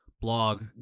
blog